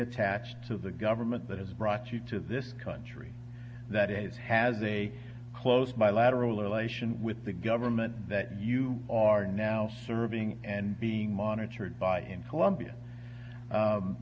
attached to the government that has brought you to this country that is has a close bilateral relations with the government that you are now serving and being monitored by in colombia